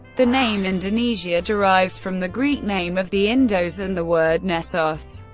the name indonesia derives from the greek name of the indos and the word nesos,